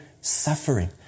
suffering